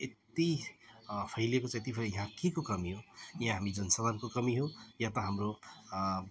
यति फैलिएको छ यति फैलिएको यहाँ केको कमी हो या हामी जनसाधारणको कमी हो या त हाम्रो